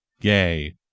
Yay